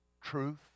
truth